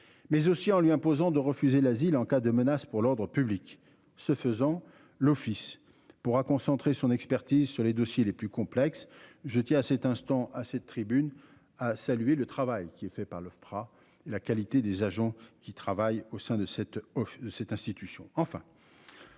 mais aussi en lui imposant de refuser l'asile en cas de menace pour l'ordre public. Ce faisant, l'Office pourra concentrer son expertise sur les dossiers les plus complexes. Je tiens à cet instant à cette tribune, a salué le travail qui est fait par l'Ofpra. La qualité des agents qui travaillent au sein de cette de cette